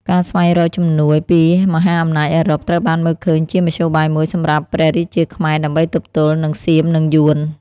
ការស្វែងរកជំនួយពីមហាអំណាចអឺរ៉ុបត្រូវបានមើលឃើញជាមធ្យោបាយមួយសម្រាប់ព្រះរាជាខ្មែរដើម្បីទប់ទល់នឹងសៀមនិងយួន។